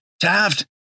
Taft